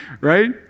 right